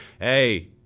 hey